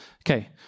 Okay